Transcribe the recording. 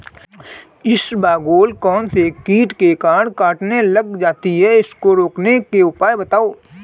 इसबगोल कौनसे कीट के कारण कटने लग जाती है उसको रोकने के उपाय बताओ?